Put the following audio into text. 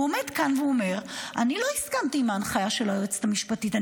הוא עומד כאן ואומר: אני לא הסכמתי עם ההנחיה של היועצת המשפטית,